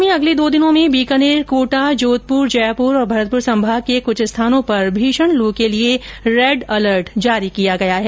प्रदेश में अगले दो दिनों में बीकानेर कोटा जोधपुर जयपुर और भरतपुर संभाग के कुछ स्थानों पर भीषण लू के लिए रेड अलर्ट जारी किया गया है